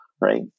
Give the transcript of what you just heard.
right